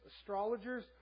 astrologers